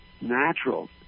natural